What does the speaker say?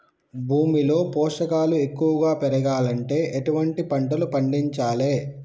భూమిలో పోషకాలు ఎక్కువగా పెరగాలంటే ఎటువంటి పంటలు పండించాలే?